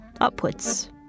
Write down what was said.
upwards